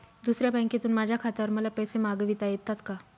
दुसऱ्या बँकेतून माझ्या खात्यावर मला पैसे मागविता येतात का?